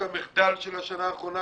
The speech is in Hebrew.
המחדל של השנה האחרונה,